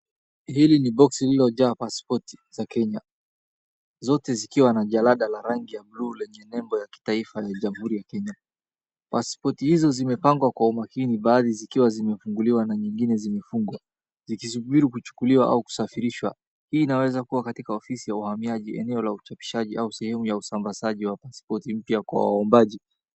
Hii ni boxi iliyojaa pasipoti za Kenya. Zote zikiwa na jalada la rangi ya buluu ila jinembo ya kitaifa la jamuhuri Kenya. Pasipoti hizo zimepangwa kwa umakini baadhi zikiwa zimefunguliwa na nyingine zimefungwa. Zikisubiri kuchukuliwa au kusafirishwa hii inaweza kuwa katika ofisi ya uhamiaji, eneo la uchapishaji au sehemu ya usambazaji wa pasipoti mpya kwa waombaji.